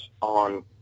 on